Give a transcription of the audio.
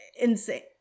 insane